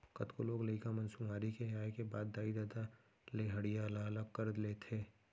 कतको लोग लइका मन सुआरी के आए के बाद दाई ददा ले हँड़िया ल अलग कर लेथें